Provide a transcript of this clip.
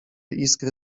iskry